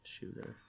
shooter